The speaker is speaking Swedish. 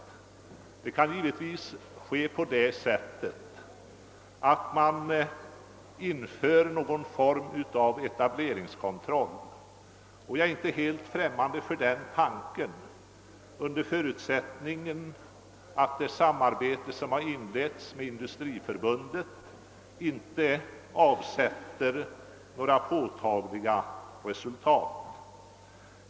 Det kan exempelvis ske genom att man inför någon form av etableringskontroll, och jag är inte främmande för den tanken under förutsättning att det samarbete, som har inletts med Industriförbundet, inte avsätter några pålagliga resultat.